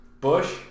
Bush